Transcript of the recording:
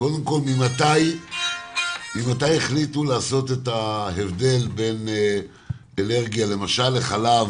ממתי החליטו לעשות את ההבדל בין אלרגיה לחלב